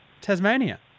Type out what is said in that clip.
Tasmania